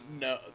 no